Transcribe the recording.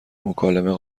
مکالمه